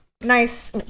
nice